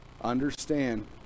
Understand